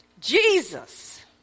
Jesus